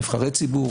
נבחרי ציבור,